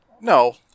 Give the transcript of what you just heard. No